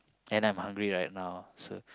and I'm hungry right now so